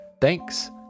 Thanks